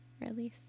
release